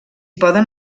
poden